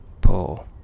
pull